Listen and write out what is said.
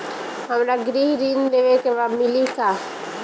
हमरा गृह ऋण लेवे के बा मिली का?